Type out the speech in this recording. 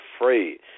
afraid